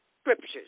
Scriptures